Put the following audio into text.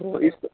تو اس